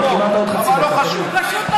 אבל לא חשוב.